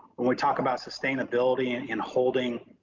when we talk about sustainability and and holding,